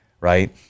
Right